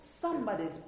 somebody's